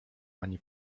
ani